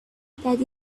that